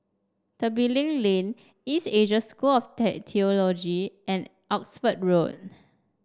Tembeling Lane East Asia School of Theology and Oxford Road